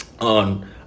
on